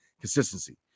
consistency